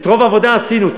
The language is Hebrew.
את רוב העבודה עשינו.